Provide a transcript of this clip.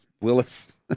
Willis